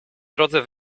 drodze